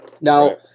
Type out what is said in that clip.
Now